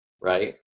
right